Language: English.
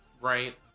right